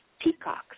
peacocks